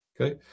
Okay